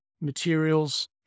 materials